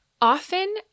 Often